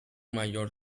mayor